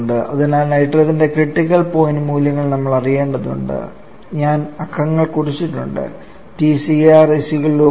അതിനാൽ നൈട്രജന്റെ critical point മൂല്യങ്ങൾ നമ്മൾ അറിയേണ്ടതുണ്ട് ഞാൻ അക്കങ്ങൾ കുറിച്ചിട്ടുണ്ട് Tcr 126